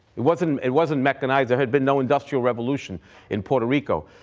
it wasn't it wasn't mechanized. there had been no industrial revolution in puerto rico.